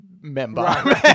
member